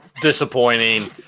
Disappointing